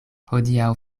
hodiaŭ